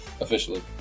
Officially